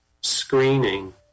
screening